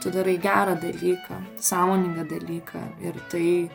tu darai gerą dalyką sąmoningą dalyką ir tai